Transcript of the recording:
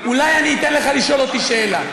אולי אני אתן לך לשאול אותי שאלה.